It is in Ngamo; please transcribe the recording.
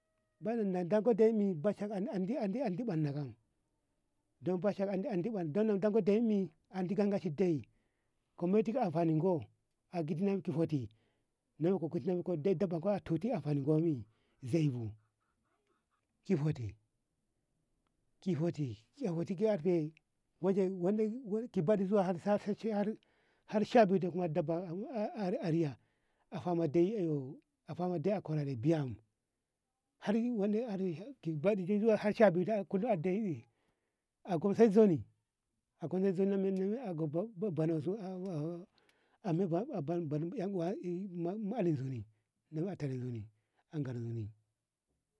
Bana na dango de'i mi bati bashar andi barna kam don bashar andi barna don to deyin mi andi gaganci de kume tiko dik amfaninko zaibu ki futi- ki futi- ki futi karfe buɗi zuwa har safe har shabiyu de kuma dabba a riya a fama de'i afama de'i har riyam har wande ki baɗi har zuwa shabiyu da kullum a de'i a dum sai juni akonna zo a bonu so abonu yan uwa ey mallam zuni tara zuni agana zuni.